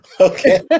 Okay